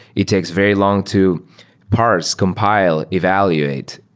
it takes very long to parse, compile, evaluate.